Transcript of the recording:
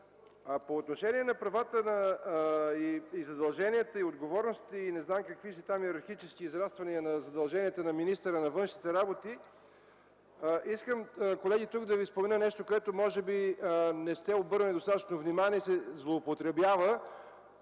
По отношение на правата, задълженията, отговорностите и не знам какви си там йерархически израствания, на задълженията на министъра на външните работи – колеги, искам да спомена тук нещо, на което може би не сте обърнали достатъчно внимание и с което се злоупотребява,